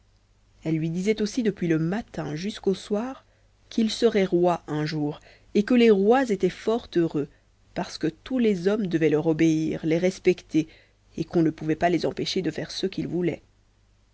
elle lui disait aussi depuis le matin jusqu'au soir qu'il serait roi un jour et que les rois étaient fort heureux parce que tous les hommes devaient leur obéir les respecter et qu'on ne pouvait pas les empêcher de faire ce qu'ils voulaient